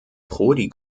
prodi